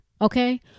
okay